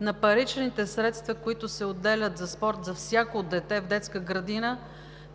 на паричните средства, които се отделят за спорт за всяко дете в детска градина,